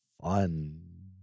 fun